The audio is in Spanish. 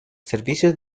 servicios